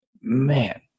Man